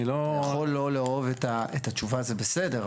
אתה יכול לא לאהוב את התשובה, זה בסדר.